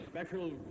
special